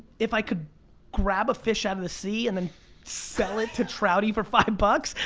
if i could grab a fish out of the sea and then sell it to troudy for five bucks?